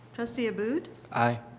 trustee abboud? aye.